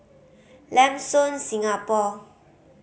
Lam Soon Singapore